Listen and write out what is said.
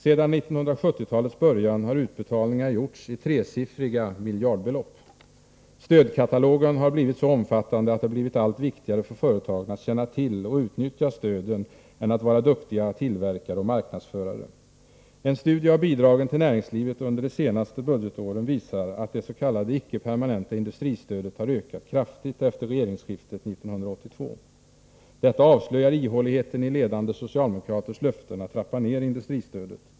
Sedan 1970-talets början har utbetalningar gjorts i tresiffriga miljardbelopp. Stödkatalogen har blivit så omfattande att det blivit allt viktigare för företagen att känna till och utnyttja stöden än att vara duktiga tillverkare och marknadsförare. En studie av bidragen till näringslivet under de senaste budgetåren visar att det s.k. icke permanenta industristödet har ökat kraftigt efter regeringsskiftet 1982. Detta avslöjar ihåligheten i ledande socialdemokraters löften att trappa ned industristödet.